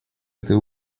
этой